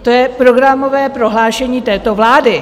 To je programové prohlášení této vlády.